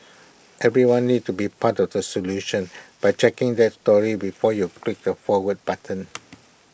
everyone needs to be part of the solution by checking that story before you click the forward button